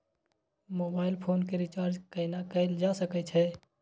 Mobile phone के recharge केना कैल जा सकै छै?